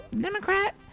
Democrat